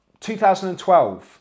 2012